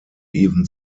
even